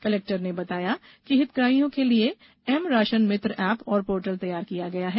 collector ने बताया कि हितग्राहियों के लिए एम राशन मित्र एप और पोर्टेल तैयार किया गया है